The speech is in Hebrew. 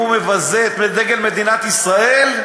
אם הוא מבזה את דגל מדינת ישראל,